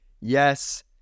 Yes